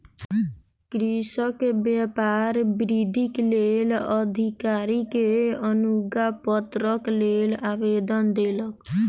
कृषक व्यापार वृद्धिक लेल अधिकारी के अनुज्ञापत्रक लेल आवेदन देलक